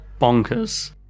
bonkers